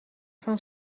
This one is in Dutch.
van